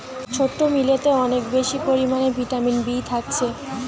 ছোট্ট মিলেতে অনেক বেশি পরিমাণে ভিটামিন বি থাকছে